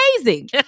amazing